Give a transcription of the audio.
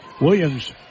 Williams